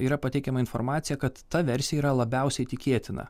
yra pateikiama informacija kad ta versija yra labiausiai tikėtina